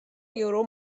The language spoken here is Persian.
یورو